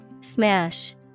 Smash